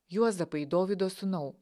juozapai dovydo sūnau